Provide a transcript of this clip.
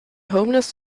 homeless